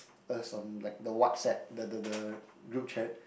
us on like the WhatsApp the the the group chat